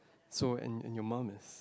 so and and your mum is